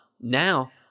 now